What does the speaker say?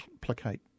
placate